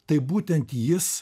tai būtent jis